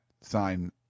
sign